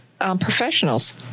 professionals